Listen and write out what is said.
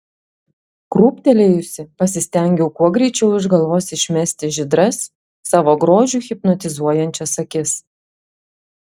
krūptelėjusi pasistengiau kuo greičiau iš galvos išmesti žydras savo grožiu hipnotizuojančias akis